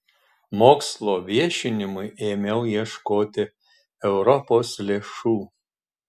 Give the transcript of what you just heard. mokslo viešinimui ėmiau ieškoti europos lėšų